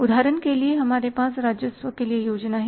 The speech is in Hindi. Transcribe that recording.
उदाहरण के लिए हमारे पास राजस्व के लिए योजना है